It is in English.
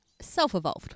self-evolved